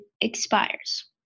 expires